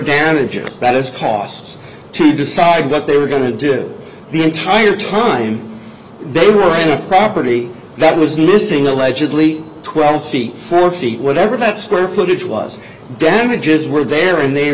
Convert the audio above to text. damages that is cost to decide what they were going to do the entire time they were happy that was missing allegedly twelve feet four feet whatever that square footage was damages were there and they